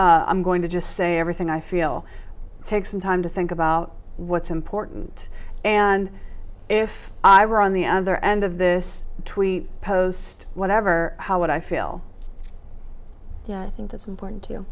i'm going to just say everything i feel takes some time to think about what's important and if i were on the other end of this post whatever how would i feel i think that's important to